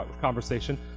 conversation